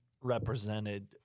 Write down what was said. represented